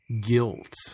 Guilt